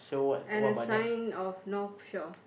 and a sign of North Shore